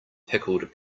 pickled